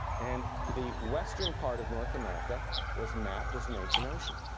and the western part of north america was mapped as an ancient ocean.